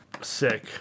Sick